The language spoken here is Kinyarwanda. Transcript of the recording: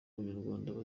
abanyarwanda